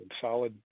solid